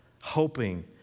hoping